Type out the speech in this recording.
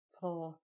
pull